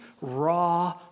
raw